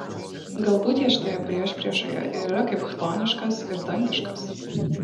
galbūt jie šitoje priešpriešoje ir yra kaip chtoniškas ir dangiškas